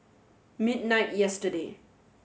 midnight yesterday